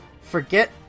forget